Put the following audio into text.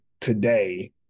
today